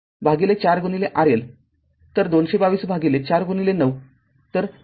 तर२२२ भागिले ४९ तर१३